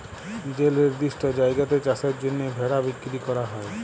যে লিরদিষ্ট জায়গাতে চাষের জ্যনহে ভেড়া বিক্কিরি ক্যরা হ্যয়